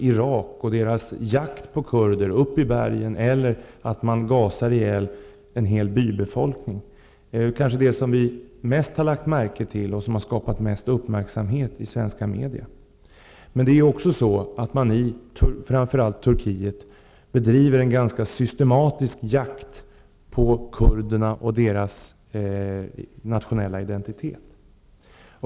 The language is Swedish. Där har man ju jagat kurder upp i bergen och gasat ihjäl en hel bybefolkning. Det är kanske vad vi lagt märke till mest och vad som kanske har uppmärksammats mest i svenska media. I framför allt Turkiet bedrivs det också en ganska systematisk jakt på kurder och deras nationella identitet.